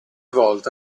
volta